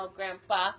Grandpa